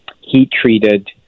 heat-treated